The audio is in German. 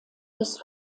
des